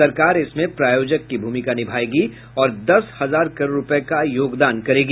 सरकार इसमें प्रायोजक की भूमिका निभाएगी और दस हजार करोड़ रुपये का योगदान करेगी